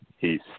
Peace